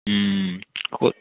ਹਮ ਕ